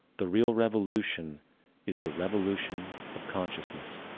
the real revolution is the revolution of consciousness,